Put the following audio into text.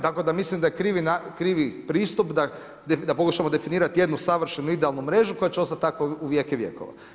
Tako da mislim da je krivi pristup da pokušamo definirati jednu savršenu idealnu mrežu koja će ostati takva u vijeke vjekova.